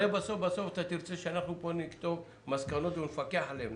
הרי בסוף בסוף אתה תרצה שאנחנו פה נכתוב מסקנות ונפקח עליהן.